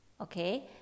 okay